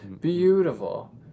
beautiful